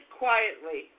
quietly